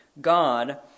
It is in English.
God